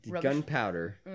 gunpowder